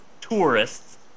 tourists